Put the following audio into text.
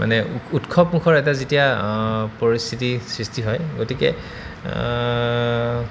মানে উৎসৱমুখৰ এটা যেতিয়া পৰিস্থিতি সৃষ্টি হয় গতিকে